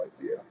idea